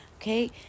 okay